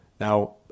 Now